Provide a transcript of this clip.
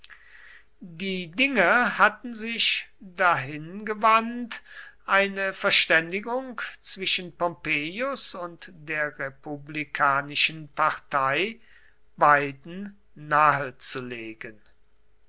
die dinge hatten sich dahin gewandt eine verständigung zwischen pompeius und der republikanischen partei beiden nahezulegen